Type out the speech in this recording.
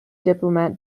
diplomat